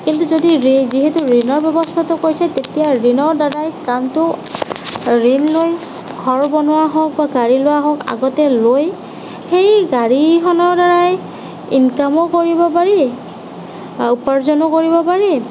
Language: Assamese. কিন্তু যদি যিহেতু ঋণৰ ব্য়ৱস্থাটো কৰিছে তেতিয়া ঋণৰ দ্বাৰাই কামটো ঋণ লৈ ঘৰ বনোৱা হওক বা গাড়ী লোৱা হওক আগতে লৈ সেই গাড়ীখনৰ দ্বাৰাই ইনকামো কৰিব পাৰি উপাৰ্জনো কৰিব পাৰি